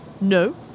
No